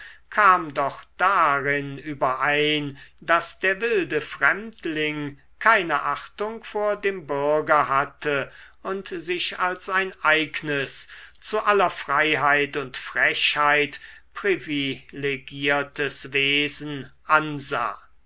kam doch darin überein daß der wilde fremdling keine achtung vor dem bürger hatte und sich als ein eignes zu aller freiheit und frechheit privilegiertes wesen ansah